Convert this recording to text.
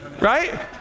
right